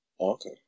Okay